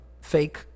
fake